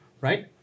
right